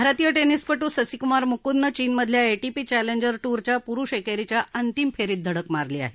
भारतीय टेनिसपटू ससिकुमार मुकुंदने चीनमधल्या एटीपी चँलेजर टूरच्या पुरुष एकेरीच्या अंतिम फेरीत धडक मारली आहे